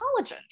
collagen